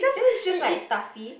then it's just like stuffy